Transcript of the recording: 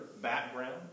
background